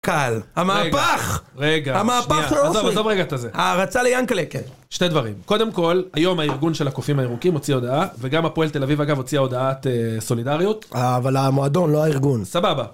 קל. המהפך! רגע, שנייה, עזוב, עזוב רגע את הזה. הערצה לינקעל'ה. שני דברים. קודם כל, היום הארגון של הקופים הירוקים הוציא הודעה, וגם הפועל תל אביב אגב הוציאה הודעת סולידריות. אבל המועדון, לא הארגון. סבבה.